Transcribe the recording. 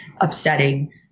upsetting